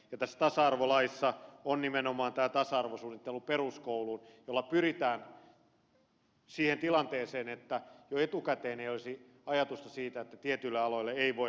tässä tasa arvolaissa on nimenomaan tämä tasa arvosuunnittelu peruskouluun jolla pyritään siihen tilanteeseen että jo etukäteen ei olisi ajatusta siitä että tietyille aloille ei voi hakeutua